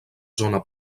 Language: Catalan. zona